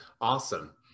Awesome